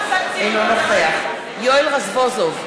אינו נוכח יואל רזבוזוב,